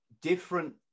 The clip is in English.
different